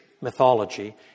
mythology